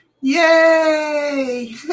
Yay